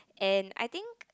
and I think